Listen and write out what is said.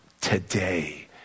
today